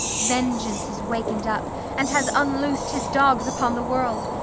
vengeance is wakened up, and has unloosed his dogs upon the world,